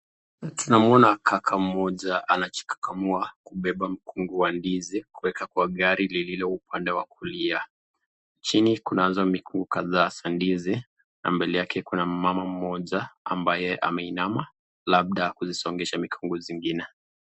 Tunamuona kaka moja anajikakamua kubeba mkungu wa ndizi, kuweka kwa gari lililo upande wa kulia, chini kuna mikungu kadhaa za ndizi na mbele yake kuna mama moja ambaye ameinama labda kuzisongesha mikungu zingine.